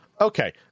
Okay